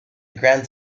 grand